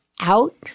out